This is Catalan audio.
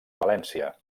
valència